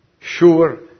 sure